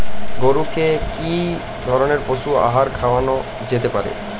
গরু কে কি ধরনের পশু আহার খাওয়ানো যেতে পারে?